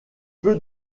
peu